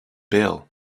bail